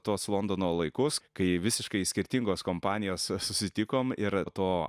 tuos londono laikus kai visiškai skirtingos kompanijos susitikom ir to